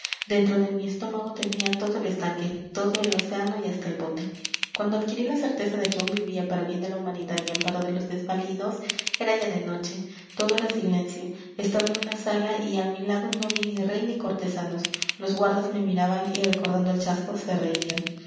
dentro de mi estómago tenía todo el estanque todo el océano y hasta el bote cuando adquirí la certeza de que aún vivía para bien de la humanidad y amparo de los desvalidos era ya de noche todo era silencio estaba en una sala y a mi lado no vi ni rey ni cortesanos los guardas me miraban y recordando el chasco se reían